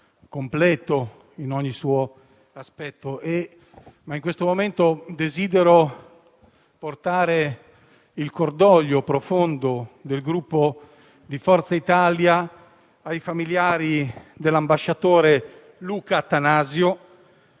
completo in ogni suo aspetto. In questo momento desidero portare il cordoglio profondo del Gruppo Forza Italia ai familiari dell'ambasciatore Luca Attanasio,